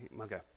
okay